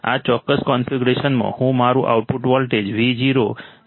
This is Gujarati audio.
આ ચોક્કસ કન્ફિગ્યુરેશનમાં હું મારું આઉટપુટ વોલ્ટેજ Vo કેવી રીતે શોધી શકું